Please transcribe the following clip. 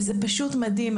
וזה מדהים.